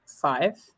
Five